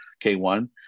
K1